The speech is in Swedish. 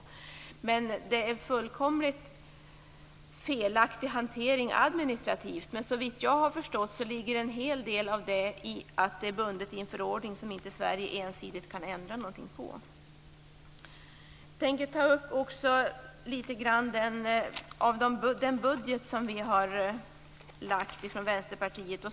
Det är en fullkomligt felaktig hantering administrativt, men såvitt jag har förstått så ligger en hel del av detta i att det är bundet till en förordning som inte Sverige ensidigt kan ändra på. Jag tänker också ta upp litet grand av den budget som vi från Vänsterpartiet har lagt fram.